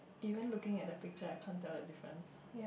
you weren't looking at the picture I can't tell the difference